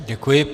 Děkuji.